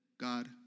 God